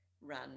run